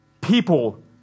People